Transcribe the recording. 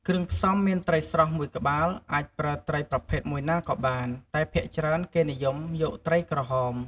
គ្រឿងផ្សំមានត្រីស្រស់ ១ ក្បាលអាចប្រើត្រីប្រភេទមួយណាក៏បាន តែភាគច្រើនគេនិយមយកត្រីក្រហម។